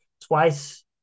twice